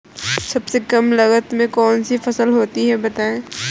सबसे कम लागत में कौन सी फसल होती है बताएँ?